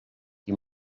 qui